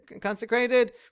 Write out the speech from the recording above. consecrated